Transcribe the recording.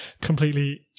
completely